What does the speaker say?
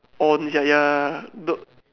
orh